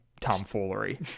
tomfoolery